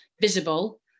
visible